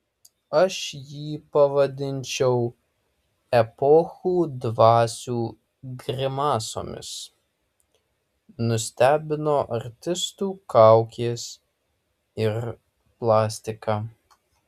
aš jį pavadinčiau epochų dvasių grimasomis nustebino artistų kaukės ir plastika